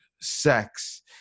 sex